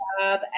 job